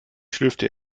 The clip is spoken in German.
schlürfte